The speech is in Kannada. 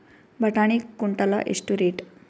ಬಟಾಣಿ ಕುಂಟಲ ಎಷ್ಟು ರೇಟ್?